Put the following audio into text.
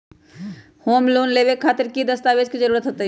Home loan लेबे खातिर की की दस्तावेज के जरूरत होतई?